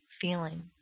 feeling